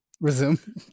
Resume